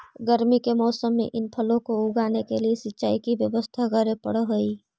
गर्मी के मौसम में इन फलों को उगाने के लिए सिंचाई की व्यवस्था करे पड़अ हई